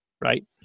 right